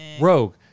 Rogue